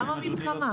למה מלחמה?